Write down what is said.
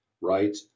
right